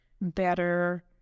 better